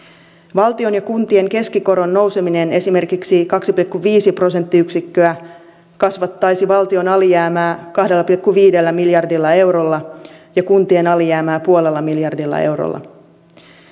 valtion ja kuntien keskikoron nouseminen esimerkiksi kaksi pilkku viisi prosenttiyksikköä kasvattaisi valtion alijäämää kahdella pilkku viidellä miljardilla eurolla ja kuntien alijäämää nolla pilkku viidellä miljardilla eurolla